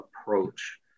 approach